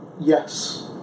Yes